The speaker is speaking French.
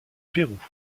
pérou